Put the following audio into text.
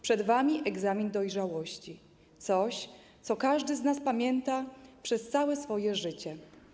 Przed wami egzamin dojrzałości, coś, co każdy z nas pamięta przez całe swoje życie.